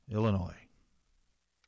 Illinois